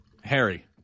Harry